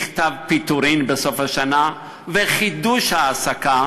מכתב פיטורין בסוף השנה וחידוש העסקה